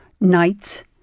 nights